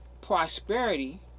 prosperity